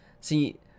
See